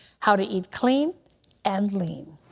how to eat clean and lean.